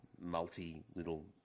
multi-little